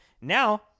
Now